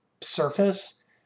surface